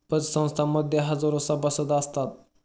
पतसंस्थां मध्ये हजारो सभासद असतात